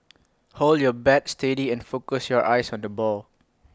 hold your bat steady and focus your eyes on the ball